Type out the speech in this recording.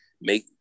make